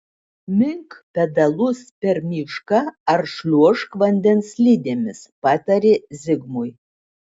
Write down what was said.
mink pedalus per mišką ar šliuožk vandens slidėmis patarė zigmui